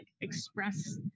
express